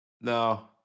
No